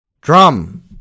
Drum